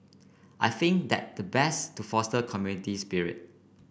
I think that the best to foster community spirit